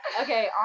Okay